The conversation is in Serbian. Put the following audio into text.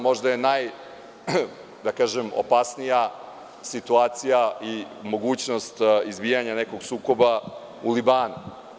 Možda je najopasnija situacija i mogućnost izbijanja nekog sukoba u Libanu.